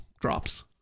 drops